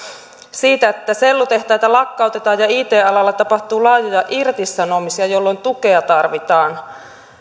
siitä että sellutehtaita lakkautetaan ja it alalla tapahtuu laajoja irtisanomisia jolloin tukea tarvitaan